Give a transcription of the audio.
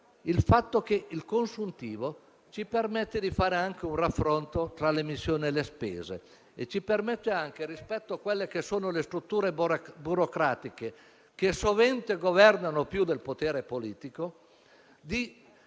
il fatto che il consuntivo ci permette di fare anche un raffronto tra le missioni e le spese; e ci permette altresì, rispetto alle strutture burocratiche che sovente governano più del potere politico, di